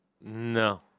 No